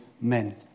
men